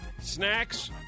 Snacks